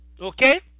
okay